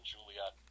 Juliet